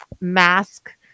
mask